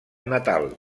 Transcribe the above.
natal